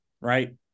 right